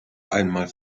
einmal